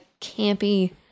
campy